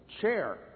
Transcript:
chair